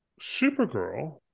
Supergirl